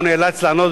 הוא נאלץ לענות,